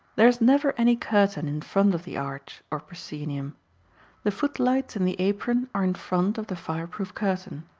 there is never any curtain in front of the arch or proscenium. the footlights and the apron are in front of the fireproof curtain.